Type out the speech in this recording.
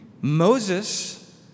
Moses